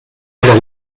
einer